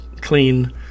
clean